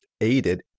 aided